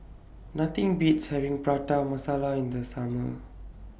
Nothing Beats having Prata Masala in The Summer